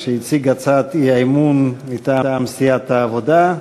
שהציג הצעת אי-אמון מטעם סיעת העבודה.